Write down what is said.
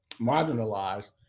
marginalized